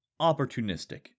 opportunistic